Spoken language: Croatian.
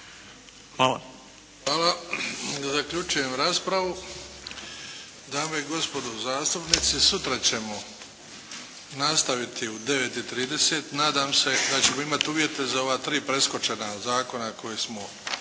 (HDZ)** Hvala. Zaključujem raspravu. Dame i gospodo zastupnici, sutra ćemo nastaviti u 9 i 30. Nadam se da ćemo imati uvjete za ova 3 preskočena zakona koje smo